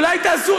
אולי תעשו,